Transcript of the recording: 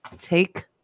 Take